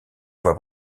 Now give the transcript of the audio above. voix